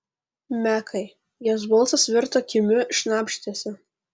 mekai jos balsas virto kimiu šnabždesiu